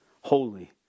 holy